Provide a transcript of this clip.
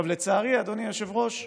לצערי, אדוני היושב-ראש,